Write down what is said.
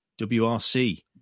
WRC